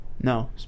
No